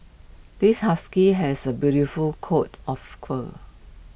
this husky has A beautiful coat of call